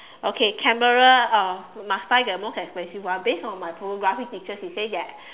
okay camera uh must buy the most expensive one based on my photographic teacher he said that